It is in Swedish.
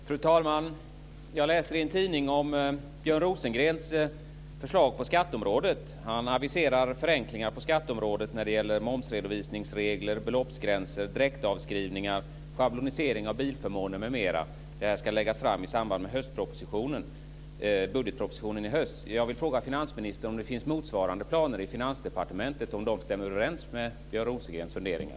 Fru talman! Jag läser i en tidning om Björn Rosengrens förslag på skatteområdet. Han aviserar förenklingar på skatteområdet när det gäller momsredovisningsregler, beloppsgränser, direktavskrivningar, schablonisering av bilförmåner m.m. Det här ska läggas fram i samband med budgetpropositionen i höst. Jag vill fråga finansministern om det finns motsvarande planer i Finansdepartementet och om de stämmer överens med Björn Rosengrens funderingar.